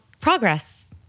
progress